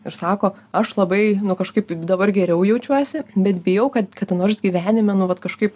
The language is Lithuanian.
ir sako aš labai nu kažkaip dabar geriau jaučiuosi bet bijau kad kada nors gyvenime nu vat kažkaip